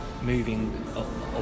moving